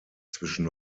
zwischen